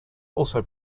also